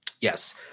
Yes